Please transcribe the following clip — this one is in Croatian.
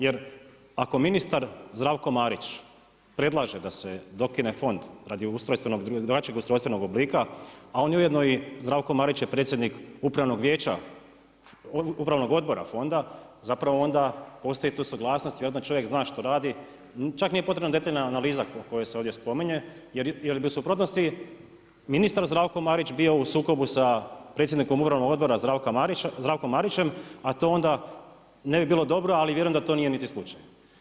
Jer ako ministar Zdravko Marić predlaže da se dokine fond radi drugačijeg ustrojstvenog oblika, a on je ujedno Zdravko Marić je predsjednik Upravnog odbora Fonda zapravo onda postoji tu suglasnost i onda čovjek zna što radi. čak nije potrebna detaljna analiza koja se ovdje spominje jer bi u suprotnosti ministar Zdravko Marić bio u sukobu sa predsjednikom upravnog odbora Zdravkom Marićem, a to ona ne bi bilo dobro, ali vjerujem da to nije niti slučaj.